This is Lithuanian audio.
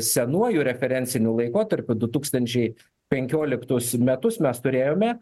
senuoju referenciniu laikotarpiu du tūkstančiai penkioliktus metus mes turėjome